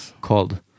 called